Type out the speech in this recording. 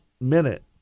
minute